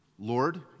Lord